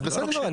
אז זה בסדר גמור.